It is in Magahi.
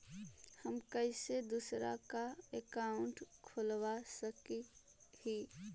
हम कैसे दूसरा का अकाउंट खोलबा सकी ही?